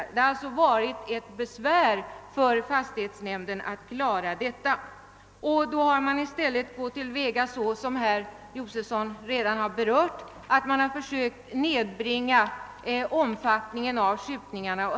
Detta har alltså varit ett problem för fastighetsnämnden. I stället har man nu gått så till väga — detta har herr Josefsson redan berört — att man försökt nedbringa omfattningen av skjutningarna.